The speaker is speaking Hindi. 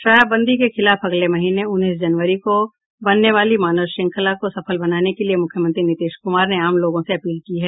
शराबबंदी के खिलाफ अगले महीने उन्नीस जनवरी को बनने वाली मानव श्रृंखला को सफल बनाने के लिये मुख्यमंत्री नीतीश कुमार ने आम लोगों से अपील की है